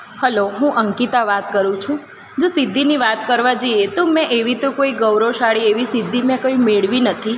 hello હું અંકિતા વાત કરું છું જો સિદ્ધિની વાત કરવા જઇએ તો મેં એવી તો કોઇ ગૌરવશાળી એવી સિદ્ધિ મેં કંઇ મેળવી નથી